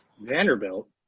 Vanderbilt